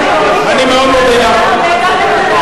הערה לסדר.